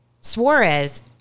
Suarez